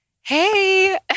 hey